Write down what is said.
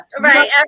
Right